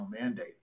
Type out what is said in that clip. mandate